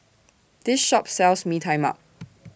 This Shop sells Mee Tai Mak